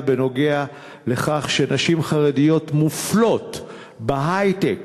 בנוגע לכך שנשים חרדיות מופלות בהיי-טק